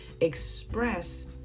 express